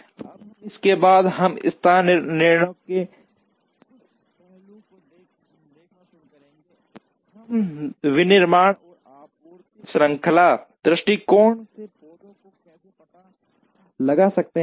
अब इसके बाद हम स्थान निर्णयों के कुछ पहलुओं को देखना शुरू करेंगे हम एक विनिर्माण और आपूर्ति श्रृंखला दृष्टिकोण से पौधों का कैसे पता लगा सकते हैं